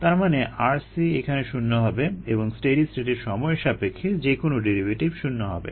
তার মানে rc এখানে শূণ্য হবে এবং স্টেডি স্টেটে সময়ের সাপেক্ষে যেকোনো ডেরিভেটিভ শূণ্য হবে